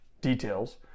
details